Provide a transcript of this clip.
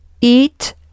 eat